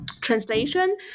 translation